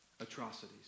atrocities